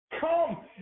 Come